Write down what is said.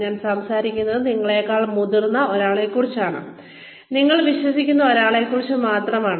ഞാൻ സംസാരിക്കുന്നത് നിങ്ങളേക്കാൾ മുതിർന്ന ഒരാളെക്കുറിച്ചാണ് നിങ്ങൾ വിശ്വസിക്കുന്ന ഒരാളെക്കുറിച്ച് മാത്രമാണ്